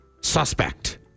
Suspect